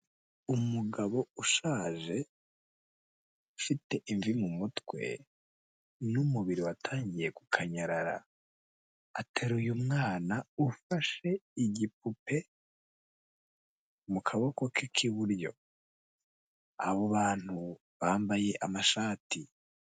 Umugabo ushaje ufite imvi mu mutwe n'umubiri watangiye gukanyarara ateruye umwana ufashe igipupe mu kaboko ke k'iburyo abo bantu bambaye amashati.